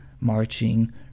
marching